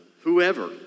whoever